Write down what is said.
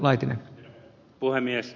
herra puhemies